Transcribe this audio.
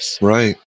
Right